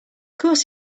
course